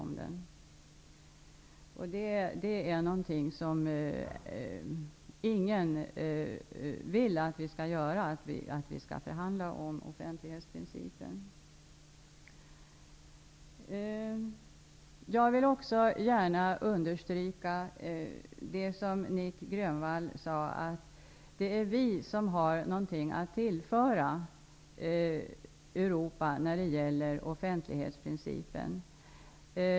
Men det är ingen som vill att vi skall förhandla om offentlighetsprincipen. Jag vill också gärna understryka det som Nic Grönvall sade om att det är vi som har något att tillföra det övriga Europa när det gäller offentlighetsprincipen.